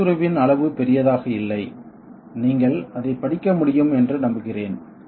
எழுத்துருவின் அளவு பெரிதாக இல்லை நீங்கள் அதை படிக்க முடியும் என்று நம்புகிறேன்